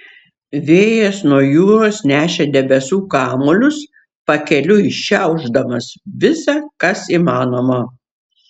vėjas nuo jūros nešė debesų kamuolius pakeliui šiaušdamas visa kas įmanoma